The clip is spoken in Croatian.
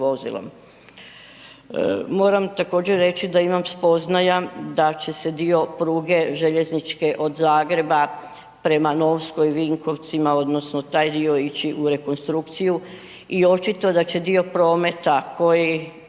Moram također reći da imam spoznaja da će se dio pruge željezničke od Zagreba prema Novskoj, Vinkovcima odnosno taj dio ići u rekonstrukciju i očito da će dio prometa koji